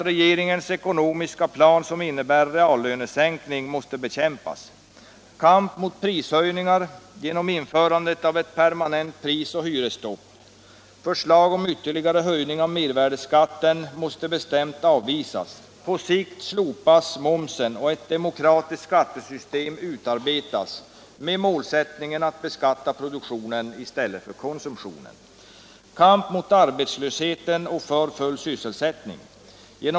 Regeringens ekonomiska plan innebär reallönesänkning och måste därför bekämpas. Kamp mot prishöjningar genom införandet av ett permanent prisoch hyresstopp. Förslag om ytterligare höjning av mervärdeskatten avvisas. På sikt slopas momsen och ett demokratiskt skattesystem utarbetas, med målsättningen att beskatta produktionen i stället för konsumtionen. Kamp mot arbetslösheten och för full sysselsättning.